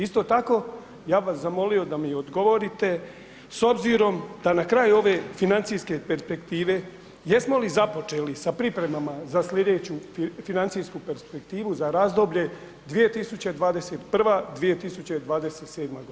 Isto tako, ja bi vas zamolio da mi odgovorite s obzirom da na kraju ove financijske perspektive jesmo li započeli sa pripremama za slijedeću financijsku perspektivu za razdoblje 2021.-2027.g.